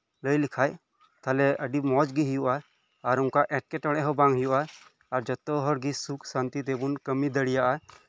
ᱞᱟᱹᱭ ᱞᱮᱠᱷᱟᱱ ᱛᱟᱦᱚᱞᱮ ᱟᱹᱰᱤ ᱢᱚᱸᱡᱽ ᱜᱮ ᱦᱳᱭᱳᱜᱼᱟ ᱟᱨ ᱚᱱᱠᱟ ᱮᱸᱴᱠᱮᱴᱚᱲᱮ ᱦᱚᱸ ᱵᱟᱝ ᱦᱳᱭᱳᱜᱼᱟ ᱟᱨ ᱡᱷᱚᱛᱚ ᱦᱚᱲᱜᱮ ᱥᱩᱠ ᱥᱟᱱᱛᱤ ᱛᱮᱵᱚᱱ ᱠᱟᱹᱢᱤ ᱫᱟᱲᱮᱭᱟᱜᱼᱟ